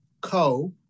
co